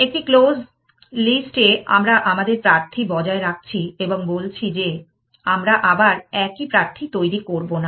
একটি closed list এ আমরা আমাদের প্রার্থী বজায় রাখছি এবং বলছি যে আমরা আবার একই প্রার্থী তৈরি করব না